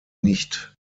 nicht